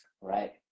right